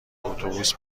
اتوبوس